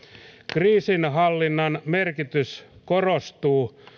kriisinhallinnan merkitys korostuu